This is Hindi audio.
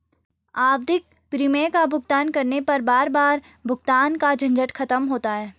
आवधिक प्रीमियम का भुगतान करने पर बार बार भुगतान का झंझट खत्म होता है